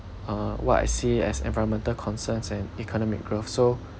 uh what I see as environmental concerns and economic growth so